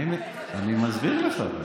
אני מסביר לך.